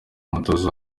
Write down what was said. umutoza